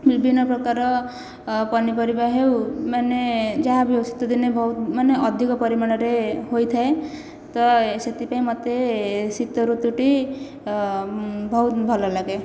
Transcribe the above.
ବିଭିନ୍ନ ପ୍ରକାର ପନିପରିବା ହେଉ ମାନେ ଯାହା ବି ହେଉ ଶୀତଦିନେ ବହୁତ ମାନେ ଅଧିକା ପରିମାଣରେ ହୋଇଥାଏ ତ ସେଥିପାଇଁ ମୋତେ ଶୀତ ଋତୁଟି ବହୁତ ଭଲ ଲାଗେ